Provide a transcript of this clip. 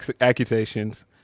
accusations